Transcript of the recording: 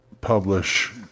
publish